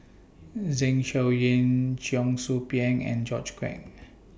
Zeng Shouyin Cheong Soo Pieng and George Quek